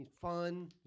fun